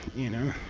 you know?